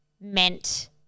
meant –